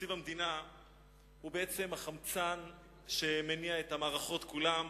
תקציב המדינה הוא בעצם החמצן שמניע את המערכות כולן,